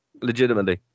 legitimately